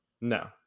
No